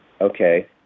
okay